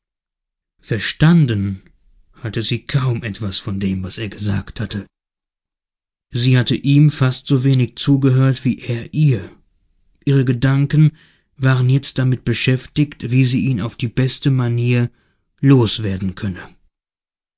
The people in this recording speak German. verstanden hatte sie kaum etwas von dem was er gesagt hatte sie hatte ihm fast so wenig zugehört wie er ihr ihre gedanken waren jetzt damit beschäftigt wie sie ihn auf die beste manier loswerden könne